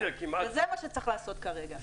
וזה מה שצריך לעשות כרגע.